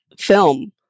film